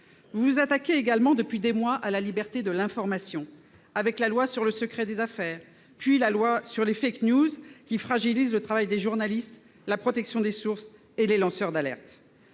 Vous vous attaquez également, depuis des mois, à la liberté de l'information, avec la loi sur le secret des affaires, puis la loi sur les fragilisant le travail des journalistes, la protection des sources et les lanceurs d'alerte.